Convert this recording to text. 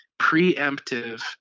preemptive